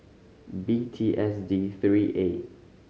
B T S D three A